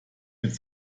mit